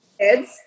kids